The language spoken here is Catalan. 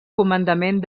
comandament